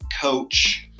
coach